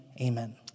amen